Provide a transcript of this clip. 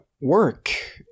work